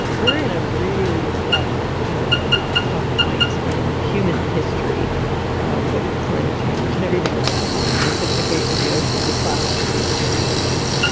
we're in a really tough ah tough point in human history ah with climate change and everything that's happening, the acidification of the oceans, the plastification of the oceans.